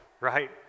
right